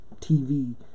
TV